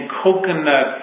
coconut